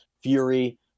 fury